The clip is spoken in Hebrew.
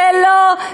זה לא,